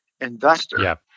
investor